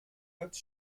als